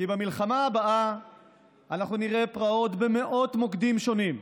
כי במלחמה הבאה נראה פרעות במאות מוקדים שונים,